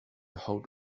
hold